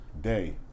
day